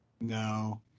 No